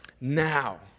now